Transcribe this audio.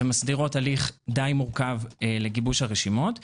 ומסדירות הליך די מורכב לגיבוש הרשימות.